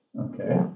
Okay